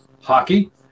hockey